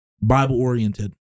Bible-oriented